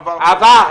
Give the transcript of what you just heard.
עבר,